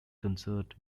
concert